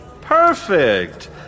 Perfect